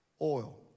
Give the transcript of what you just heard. oil